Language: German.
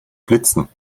blitzen